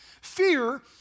fear